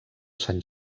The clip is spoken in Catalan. sant